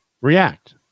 react